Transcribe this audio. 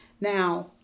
Now